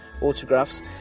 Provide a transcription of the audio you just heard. autographs